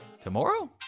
tomorrow